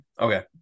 Okay